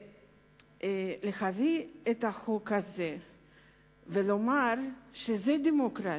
ולהביא את החוק הזה ולומר שזה דמוקרטיה,